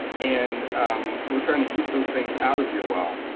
and we're trying to keep those things out of your well.